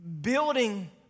building